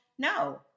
No